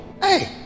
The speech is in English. Hey